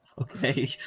Okay